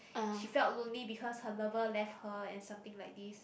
she left lonely because her lover left her and something like this